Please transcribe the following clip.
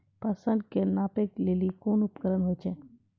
फसल कऽ नापै लेली कोन उपकरण होय छै?